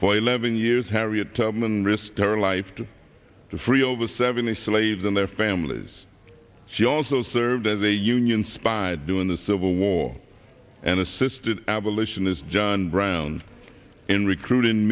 for eleven years harriet tubman risked her life to free over seventy slaves and their families she also served as a union spy during the civil war and assisted abolitionist john brown in recruiting